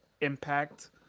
impact